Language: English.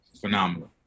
Phenomenal